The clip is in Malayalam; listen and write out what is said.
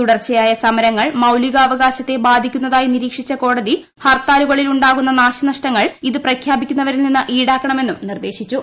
തുട്ടർച്ചയ്കായ സമരങ്ങൾ മൌലികാവകാശത്തെ ബാധിക്കുന്നതായി നിരീക്ഷിച്ച കോടതി ഹർത്താലുകളിൽ ഉണ്ട്ടാക്കുന്ന നാശനഷ്ടങ്ങൾ അത് പ്രഖ്യാപിക്കുന്നവരിൽ നിന്ന് ഈടാക്കണമെന്നും നിർദ്ദേശിച്ചു